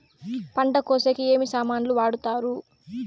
పంట కోసేకి ఏమి సామాన్లు వాడుతారు?